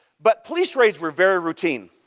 but police raids were very routine.